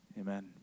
amen